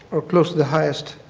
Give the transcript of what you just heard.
or close the highest